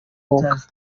konka